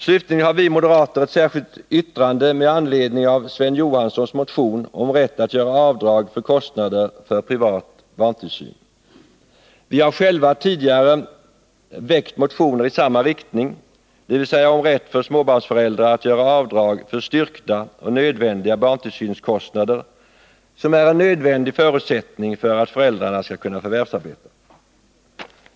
Slutligen har vi moderater avgivit ett särskilt yttrande med anledning av Sven Johanssons motion om rätt att göra avdrag för kostnader för privat barntillsyn. Vi har själva tidigare väckt motioner i samma riktning, dvs. om rätt för småbarnsföräldrar att göra avdrag för styrkta och nödvändiga barntillsynskostnader som är en nödvändig förutsättning för att föräldrarna skall kunna förvärvsarbeta.